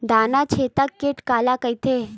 तनाछेदक कीट काला कइथे?